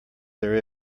there